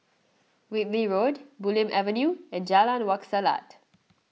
Whitley Road Bulim Avenue and Jalan Wak Selat